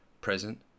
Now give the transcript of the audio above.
present